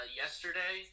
yesterday